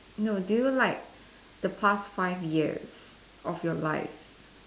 no do you like the past five years of your life